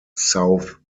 south